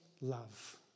Love